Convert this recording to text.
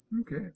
Okay